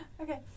Okay